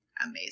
amazing